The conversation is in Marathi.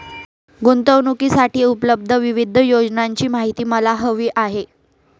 गुंतवणूकीसाठी उपलब्ध विविध योजनांची माहिती मला हवी आहे